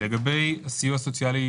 לגבי סיוע סוציאלי